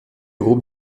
groupe